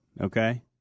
okay